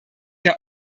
der